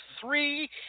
three